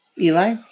Eli